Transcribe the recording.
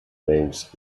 names